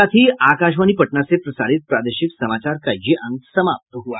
इसके साथ ही आकाशवाणी पटना से प्रसारित प्रादेशिक समाचार का ये अंक समाप्त हुआ